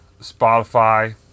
Spotify